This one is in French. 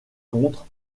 contres